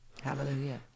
Hallelujah